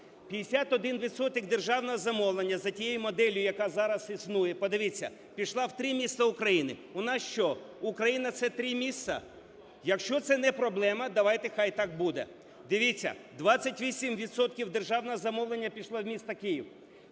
державного замовлення за тією моделлю, яка зараз існує… Подивіться, пішла в три міста України. У нас, що Україна – це три міста? Якщо це не проблема, давайте хай так буде. Дивіться, 28 відсотків державного замовлення пішло в місто Київ.